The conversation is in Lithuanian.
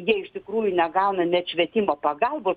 jie iš tikrųjų negauna net švietimo pagalbos